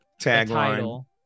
tagline